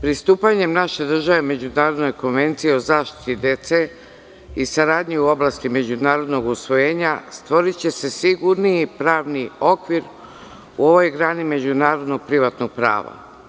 Pristupanjem naše države Međunarodnoj konvenciji o zaštiti dece i saradnje u oblasti međunarodnog usvojenja stvoriće se sigurniji pravni okvir u ovoj grani međunarodno-privatnog prava.